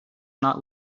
not